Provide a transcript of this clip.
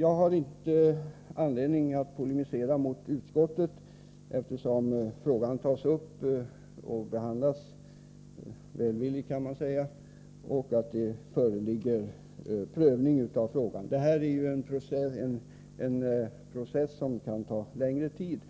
Jag har inte anledning att polemisera mot utskottet, som behandlat frågan välvilligt och hänvisat till den prövning som sker. Det gäller en process som kan ta lång tid,